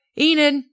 Enid